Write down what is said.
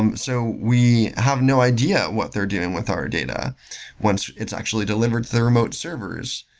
um so we have no idea what they're doing with our data once it's actually delivered through remote servers.